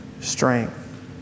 strength